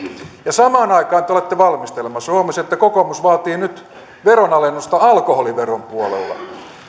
samaan aikaan te olette valmistelemassa huomasin että kokoomus vaatii nyt veronalennusta alkoholiveron puolella